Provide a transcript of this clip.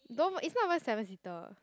though it's not even seven seater